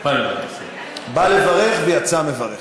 בא לברך ויצא מברך.